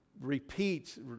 repeats